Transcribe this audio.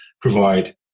provide